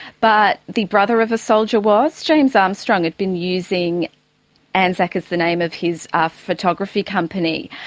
but the brother of a soldier was. james armstrong had been using anzac as the name of his ah photography company,